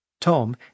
Tom